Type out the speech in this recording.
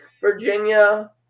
Virginia